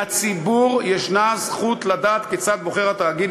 לציבור יש זכות לדעת כיצד בוחר התאגיד